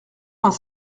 vingt